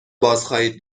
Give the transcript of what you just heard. بازخواهید